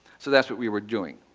so that's what we were doing.